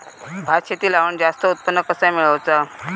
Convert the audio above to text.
भात शेती लावण जास्त उत्पन्न कसा मेळवचा?